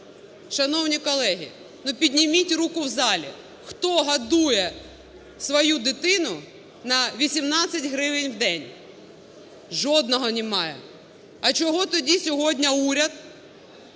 Шановні колеги, ну підніміть руку в залі, хто годує свою дитину на 18 гривень в день. Жодного немає. А чого тоді сьогодні уряд